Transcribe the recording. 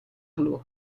blu